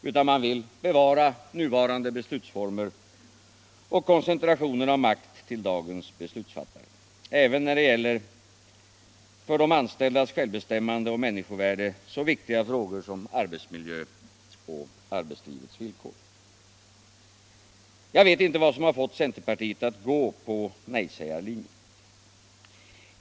I stället vill man bevara nuvarande beslutsformer och koncentration av makt till dagens beslutsfattare, även när det gäller för de anställdas självbestämmande och människovärde så viktiga frågor som arbetsmiljö och arbetslivets villkor. Jag vet inte vad som fått centerpartiet att gå på nejsägarlinjen.